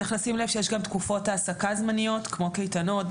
צריך לשים לב שיש גם תקופות העסקה זמניות כמו קייטנות,